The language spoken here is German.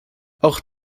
auch